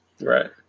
Right